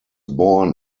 born